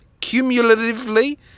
cumulatively